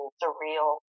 surreal